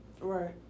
Right